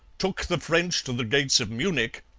took the french to the gates of munich,